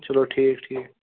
چلو ٹھیٖک ٹھیٖک